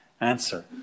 answer